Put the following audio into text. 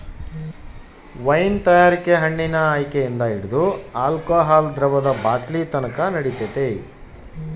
wine ತಯಾರಿಕೆ ಹಣ್ಣಿನ ಆಯ್ಕೆಯಿಂದ ಹಿಡಿದು ಆಲ್ಕೋಹಾಲ್ ದ್ರವದ ಬಾಟ್ಲಿನತಕನ ನಡಿತೈತೆ